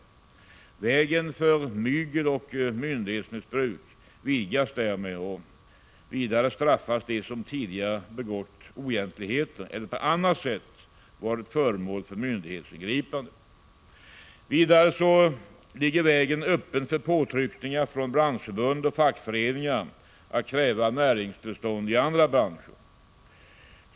Vägen för mygel och myndighetsmissbruk vidgas därmed, och vidare straffas de som tidigare begått oegentligheter eller på annat sätt varit föremål för myndighetsingripande. Vidare ligger vägen öppen för påtryckningar från branschförbund och fackföreningar att kräva näringstillstånd i andra branscher.